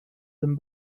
them